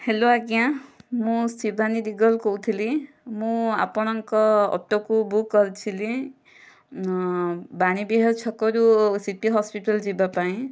hello ଆଜ୍ଞା ମୁଁ ଶିବାନୀ ଦିଗଲ କହୁଥିଲି ମୁଁ ଆପଣଙ୍କ ଅଟୋକୁ ବୁକ କରିଥିଲି ବାଣୀବିହାର ଛକରୁ ସିଟି ହସ୍ପିଟାଲ ଯିବାପାଇଁ